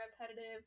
repetitive